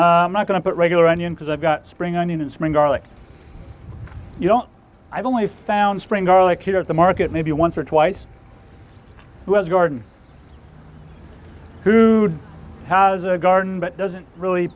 none not going to put regular onion because i've got spring onion in spring garlic you don't i've only found spring garlic here at the market maybe once or twice who has a garden who has a garden but doesn't really